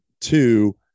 two